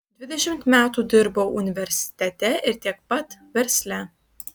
dvidešimt metų dirbau universitete ir tiek pat versle